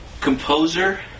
composer